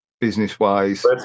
business-wise